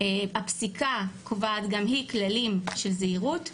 הפסיקה קובעת גם היא כללים של זהירות,